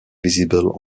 visible